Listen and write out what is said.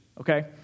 okay